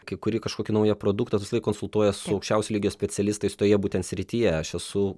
kai kuri kažkokį naują produktą tu visą laik konsultuojies su aukščiausio lygio specialistais toje būtent srityje aš esu